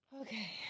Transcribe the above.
Okay